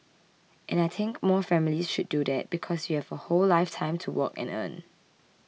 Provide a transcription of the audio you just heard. and I think more families should do that because you have a whole lifetime to work and earn